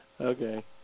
Okay